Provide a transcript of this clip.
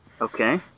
Okay